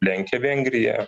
lenkia vengriją